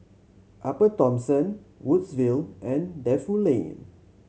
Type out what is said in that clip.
Upper Thomson Woodsville and Defu Lane